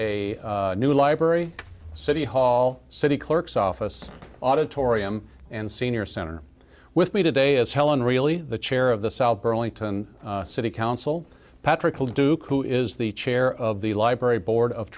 center a new library city hall city clerk's office auditorium and senior center with me today as helen really the chair of the south burlington city council patrick duke who is the chair of the library board of